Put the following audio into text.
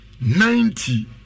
ninety